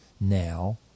now